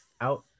Out